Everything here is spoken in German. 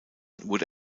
wurde